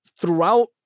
throughout